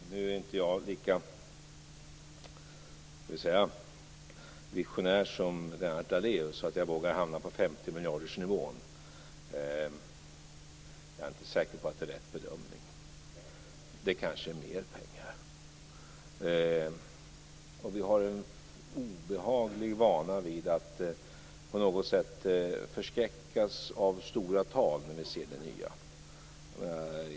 Herr talman! Nu är inte jag lika, skall vi säga, visionär som Lennart Daléus så att jag vågar hamna på femtiomiljardersnivån. Jag är inte säker på att det är rätt bedömning. Det kanske är mer pengar. Vi har en obehaglig vana att på något sätt förskräckas av stora tal när vi ser det nya.